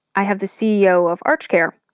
i have the ceo of archcare,